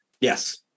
Yes